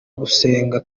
gusenga